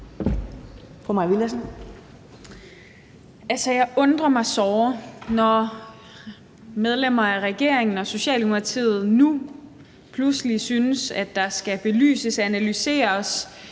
jeg undrer mig såre, når medlemmer af regeringen og Socialdemokratiet nu pludselig synes, at der skal belyses og analyseres